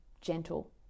gentle